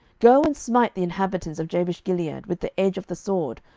go and smite the inhabitants of jabeshgilead with the edge of the sword,